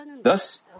Thus